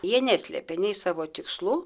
jie neslėpė nei savo tikslų